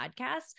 Podcasts